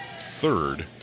third